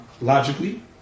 logically